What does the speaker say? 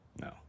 No